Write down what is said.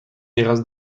nieraz